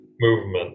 movement